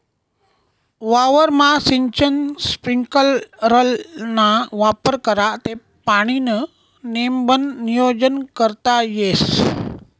वावरमा सिंचन स्प्रिंकलरना वापर करा ते पाणीनं नेमबन नियोजन करता येस